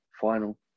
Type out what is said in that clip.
final